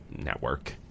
network